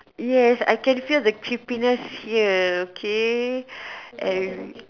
yes I can feel the creepiness here okay and